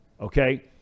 Okay